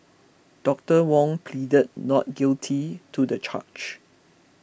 Doctor Wong pleaded not guilty to the charge